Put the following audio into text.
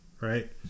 right